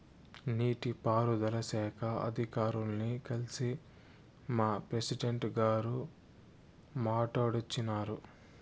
నీటి పారుదల శాఖ అధికారుల్ని కల్సి మా ప్రెసిడెంటు గారు మాట్టాడోచ్చినారు